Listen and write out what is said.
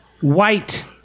white